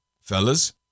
Fellas